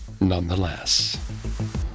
nonetheless